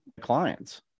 clients